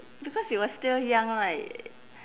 because you are still young right